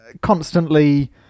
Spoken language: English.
constantly